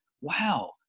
wow